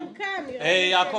כן, נראה לי ש